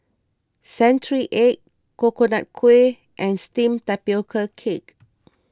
Century Egg Coconut Kuih and Steamed Tapioca Cake